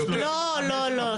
לא,